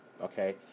okay